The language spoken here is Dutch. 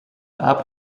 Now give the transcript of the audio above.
aap